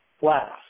last